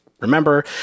Remember